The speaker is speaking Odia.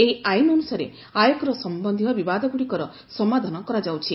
ଏହି ଆଇନ ଅନୁସାରେ ଆୟକର ସମ୍ଭନ୍ଧୀୟ ବିବାଦଗୁଡ଼ିକର ସମାଧାନ କରାଯାଉଛି